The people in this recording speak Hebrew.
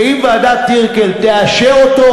ואם ועדת טירקל תאשר אותו,